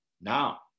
Now